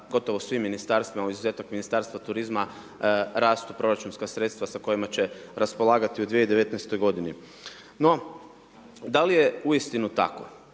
gotovo u svim Ministarstvima, uz izuzetak Ministarstva turizma, rastu proračunska sredstva sa kojima će raspolagati u 2019. godini. No, da li je uistinu tako?